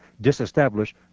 disestablish